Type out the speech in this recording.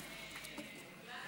גברתי השרה,